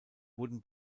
wurden